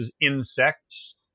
insects